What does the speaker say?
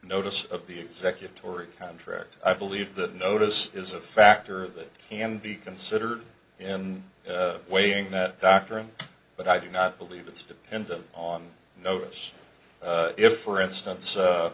notice of the executive or a contract i believe that notice is a factor that can be considered in weighing that doctrine but i do not believe it's dependent on notice if for instance